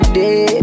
day